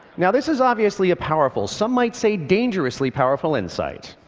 now this is obviously a powerful, some might say dangerously powerful, insight.